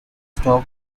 stop